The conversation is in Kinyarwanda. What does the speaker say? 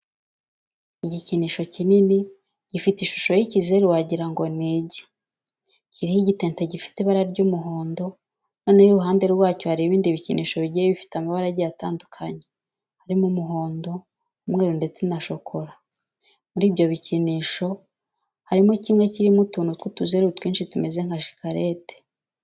Igikinisho kinini gifite ishusho y'ikizeru wagira ngo ni igi, kiriho igitente gifite ibara ry'umuhondo, noneho iruhande rwacyo hari ibindi bikinisho bigiye bifite amabara agiye atandukanye harimo umuhondo, umweru ndetse na shokora. Muri ibyo bikinisho harimo kimwe kirimo utuntu tw'utuzeru twinshi tumeze nka shikarete.